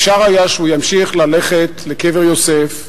אפשר היה שהוא ימשיך ללכת לקבר יוסף,